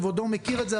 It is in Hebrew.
כבודו מכיר את זה,